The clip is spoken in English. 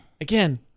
Again